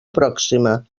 pròxima